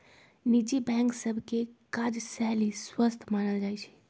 निजी बैंक सभ के काजशैली स्वस्थ मानल जाइ छइ